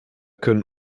können